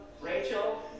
Rachel